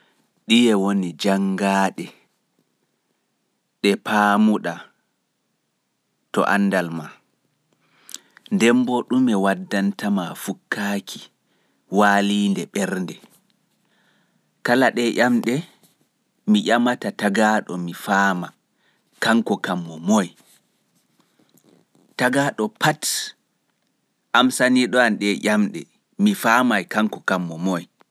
Dɗiye woni janngaaɗe ɗe paamuɗa to anndal ma? Nden bo ɗume waddantama fukkaaki/walinde ɓernde? Kala ɗe ƴamɗe mi ƴamata tagaaɗo mi faama kanko kam mommoye.